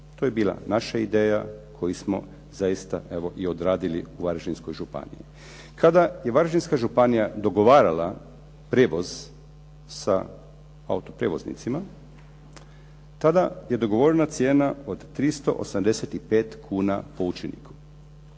To je bila naša ideja koju smo zaista evo i odradili u Varaždinskoj županiji. Kada je Varaždinska županija dogovarala prijevoz sa autoprijevoznicima, tada je dogovorena cijena od 385 kuna po učeniku.